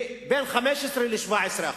בין 15% ל-17%.